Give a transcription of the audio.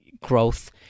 growth